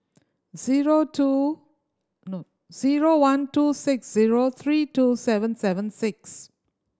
zero two zero one two six zero three two seven seven six